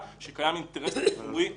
שייתן את התקופות הנוספות כדי שנמשיך?